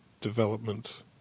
development